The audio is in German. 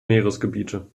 meeresgebiete